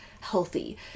healthy